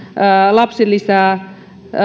lapsilisää